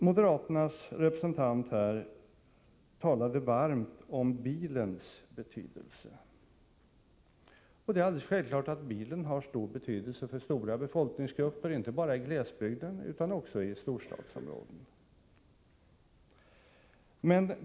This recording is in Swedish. Moderaternas representant talade varmt om bilens betydelse. Det är alldeles självklart att bilen har stor betydelse för stora befolkningsgrupper, inte bara i glesbygden utan också i storstadsområdena.